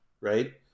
right